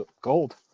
gold